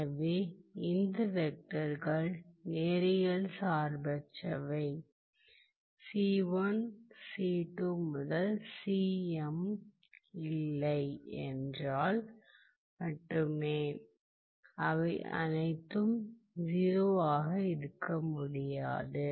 எனவே இந்த வெக்டர்கள் நேரியல் சார்பற்றவை இல்லை என்றால் மட்டுமே அவை அனைத்தும் 0 ஆக இருக்க முடியாது